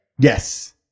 Yes